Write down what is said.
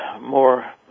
more